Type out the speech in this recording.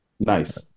nice